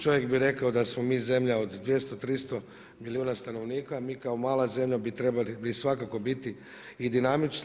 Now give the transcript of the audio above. Čovjek bi rekao da smo mi zemlja od 200, 300 milijuna stanovnika a mi kao mala zemlja bi trebali svakako biti i dinamični.